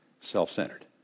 self-centered